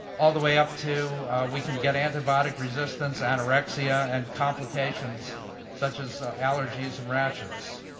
all the way up to we could get antibiotic resistance, anorexia, and complications such as allergies and rashes.